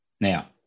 Now